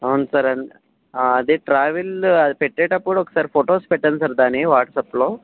అవును సార్ ఎ ఆ అదే ట్రావెల్ అది పెట్టేటప్పుడు ఒకసారి ఫొటోస్ పెట్టండి సార్ దాన్ని వాట్సప్లో